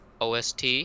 OST